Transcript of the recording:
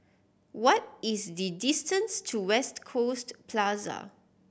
what is the distance to West Coast Plaza